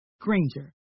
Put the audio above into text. granger